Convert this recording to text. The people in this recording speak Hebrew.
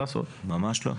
ממש לא.